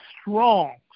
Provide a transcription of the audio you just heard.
strong